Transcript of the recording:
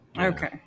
okay